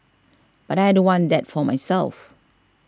but I don't want that for my selves